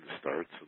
starts